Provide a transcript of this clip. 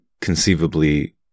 conceivably